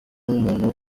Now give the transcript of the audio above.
umuntu